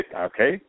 Okay